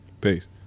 peace